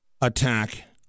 attack